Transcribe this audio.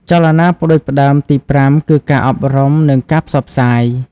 ចលនាផ្តួចផ្តើមទីប្រាំគឺការអប់រំនិងការផ្សព្វផ្សាយ។